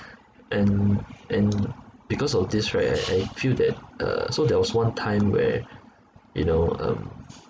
and and because of this right I I feel that uh so there was one time where you know um